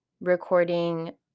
recording